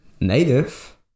native